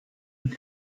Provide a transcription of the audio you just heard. und